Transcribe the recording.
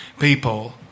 people